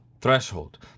threshold